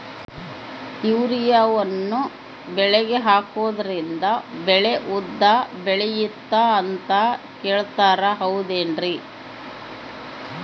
ಯೂರಿಯಾವನ್ನು ಬೆಳೆಗೆ ಹಾಕೋದ್ರಿಂದ ಬೆಳೆ ಉದ್ದ ಬೆಳೆಯುತ್ತೆ ಅಂತ ಹೇಳ್ತಾರ ಹೌದೇನ್ರಿ?